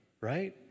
right